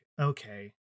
okay